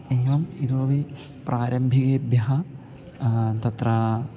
एवम् इतोपि प्रारम्भिकेभ्यः तत्र